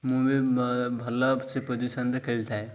ମୁଁ ବି ଭଲ ସେ ପୋଜିସନ୍ରେ ଖେଳିଥାଏ